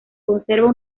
conserva